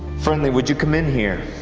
friendly, would you come in here?